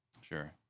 sure